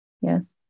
Yes